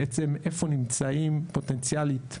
בעצם איפה נמצאים פוטנציאלית מאגרים.